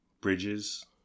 Bridges